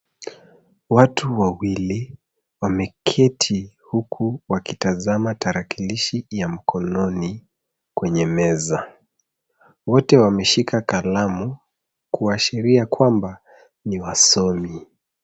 Watu wawili wameketi huku wakitazama tarakilishi ya mkononi kwenye meza. Wote wameshika kalamu kuashiria kwamba ni wasomi.